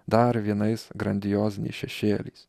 dar vienais grandioziniais šešėliais